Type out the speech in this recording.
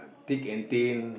thick and thin